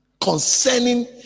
concerning